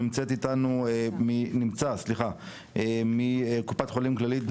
נמצא איתנו בזום מקופת חולים כללית,